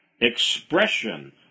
expression